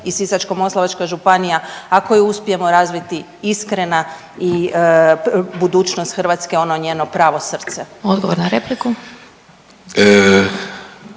i Sisačko-moslavačka županija ako je uspijemo razviti iskrena i budućnost Hrvatske, ono njeno pravo srce. **Glasovac, Sabina